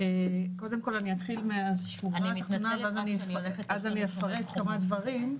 קודם כל אני אתחיל מהשורה התחתונה ואז אני אפרט כמה דברים,